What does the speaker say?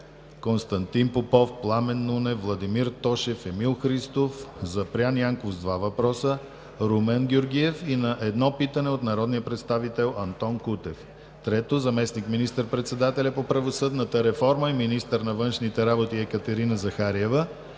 Константин Попов, Пламен Нунев, Владимир Тошев, Емил Христов и Запрян Янков два въпроса; Румен Георгиев; и на едно питане от народния представител Антон Кутев. 3. Заместник министър-председателят по правосъдната реформа и министър на външните работи Екатерина Захариева